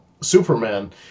Superman